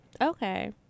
Okay